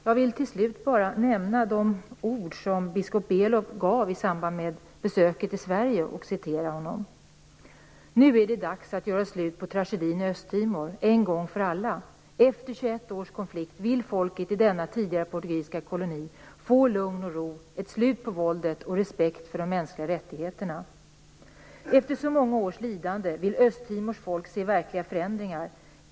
Jag vill till slut nämna de ord som biskop Belo yttrade i samband med besöket i Sverige: "Nu är det dags att göra slut på tragedin i Östtimor en gång för alla. Efter 21 års konflikt vill folket i denna tidigare portugisiska koloni få lugn och ro, ett slut på våldet och respekt för de mänskliga rättigheterna - Efter så många års lidande vill Östtimors folk se verkliga förändringar.